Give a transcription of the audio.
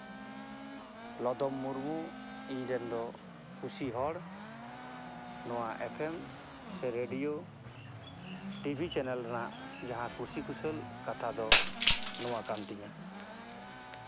ᱞᱚᱫᱚᱢ ᱢᱩᱨᱢᱩ ᱤᱧᱨᱮᱱ ᱫᱚ ᱠᱩᱥᱤ ᱦᱚᱲ ᱱᱚᱣᱟ ᱮᱯᱷᱮᱢ ᱥᱮ ᱨᱮᱰᱤᱭᱳ ᱴᱷᱤᱵᱷᱤ ᱪᱮᱱᱮᱞ ᱨᱮᱱᱟᱜ ᱡᱟᱦᱟᱸ ᱠᱩᱥᱤ ᱠᱩᱥᱟᱹᱞ ᱠᱟᱛᱷᱟ ᱫᱚ ᱱᱚᱣᱟᱠᱟᱱ ᱛᱤᱧᱟᱹ